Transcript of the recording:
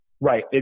Right